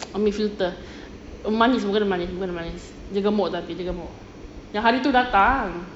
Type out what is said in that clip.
umi filter umi manis muka dia manis dia gemuk tapi dia gemuk yang hari tu datang